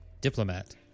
diplomat